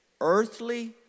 earthly